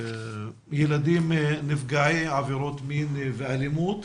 ילדים נפגעי עבירות מין ואלימות.